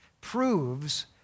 proves